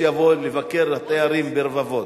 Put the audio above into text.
שיבואו לבקר, לתיירים, ברבבות.